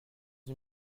une